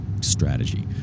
strategy